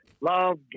love